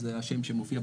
זה השם שמופיע בתקשורת.